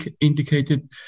indicated